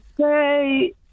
say